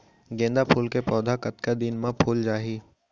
गेंदा फूल के पौधा कतका दिन मा फुल जाही?